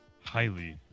highly